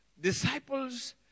Disciples